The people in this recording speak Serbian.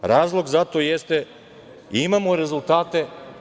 Razlog za to jeste - imamo rezultate.